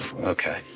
Okay